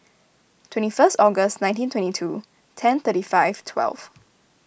twenty first August nineteen twenty two ten thirty five twelve